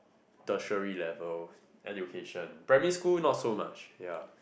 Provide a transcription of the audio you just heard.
tertiary level education primary school not so much ya